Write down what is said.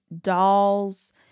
dolls